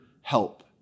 help